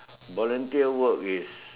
volunteer work is